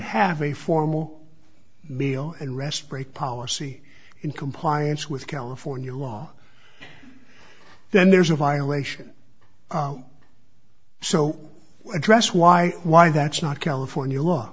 have a formal meal and respray policy in compliance with california law then there's a violation so dress why why that's not california law